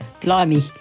Blimey